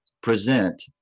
present